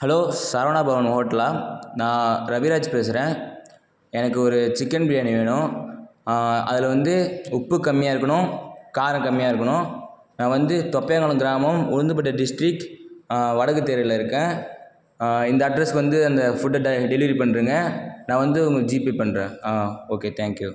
hello Saravana Bhavan ஹோட்டலா நான் ரவிராஜ் பேசுகிறேன் எனக்கு ஒரு சிக்கன் பிரியாணி வேணும் அதில் வந்து உப்பு கம்மியா இருக்கணும் காரம் கம்மியா இருக்கணும் நா வந்து தொப்பையாங்குளம் கிராமம் உளுந்துப்பட்டி டிஸ்ட்ரிக் வடக்கு தெருவில் இருக்க இந்த அட்ரஸ்க்கு வந்து அந்த ஃபுட்டை டெ டெலிவரி பண்ணிருங்கள் நான் வந்து உங்களுக்கு ஜி பே பண்ணுற ஆ ஓகே தேங்க் யூ